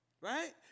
right